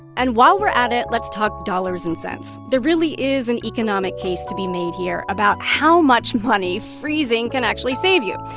and while we're at it, let's talk dollars and cents. there really is an economic case to be made here about how much money freezing can actually save you.